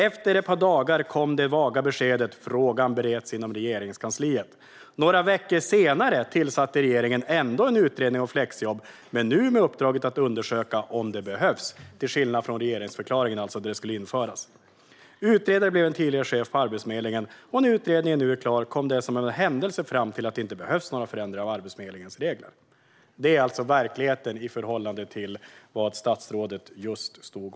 Efter ett par dagar kom det vaga beskedet: 'Frågan bereds inom Regeringskansliet'. Några veckor senare tillsatte regeringen ändå en utredning om flexjobb, men nu med uppdraget att undersöka om 'det behövs'." Det skiljer sig alltså från vad som sas i regeringsförklaringen, där man sa att det skulle införas. "Utredare blev en tidigare chef på Arbetsförmedlingen . Och när utredningen nu är klar kommer den som av en händelse fram till att det inte behövs några förändringar av Arbetsförmedlingens regler." Detta är alltså verkligheten i förhållande till vad statsrådet just sa.